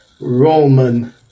Roman